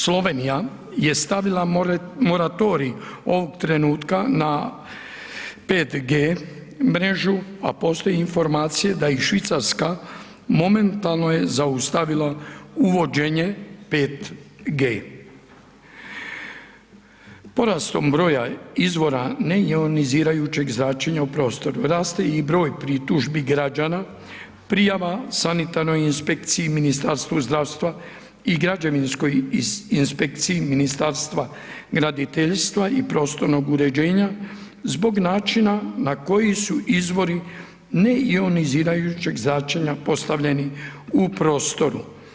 Slovenija je stavila moratorij ovog trenutka na 5G mrežu, a postoji informacije da i Švicarska momentalno je zaustavila 5G. Porastom broja izvora neionizirajućeg zračenja u prostoru rate i broj pritužbi građana prijava sanitarnoj inspekciji Ministarstvu zdravstva i građevinskoj inspekciji Ministarstva graditeljstva i prostornog uređenja zbog načina na koji su izvori neionizirajućeg zračenja postavljeni u prostoru.